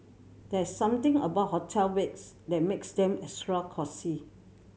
there's something about hotel beds that makes them extra cosy